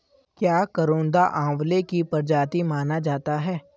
क्या करौंदा आंवले की प्रजाति माना जाता है?